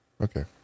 okay